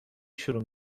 شروع